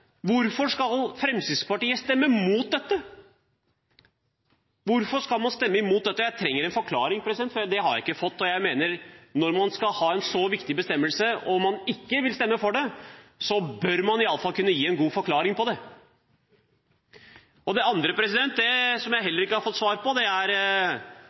Hvorfor skal Fremskrittspartiet stemme imot dette – hvorfor skal man stemme imot dette? Jeg trenger en forklaring. Det har jeg ikke fått. Jeg mener at når man skal ha en så viktig bestemmelse og man ikke vil stemme for det, bør man iallfall kunne gi en god forklaring på det. Det andre, som jeg heller ikke har fått svar på, er